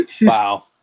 Wow